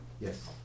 Yes